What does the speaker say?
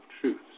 truths